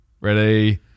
ready